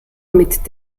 mit